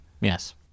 Yes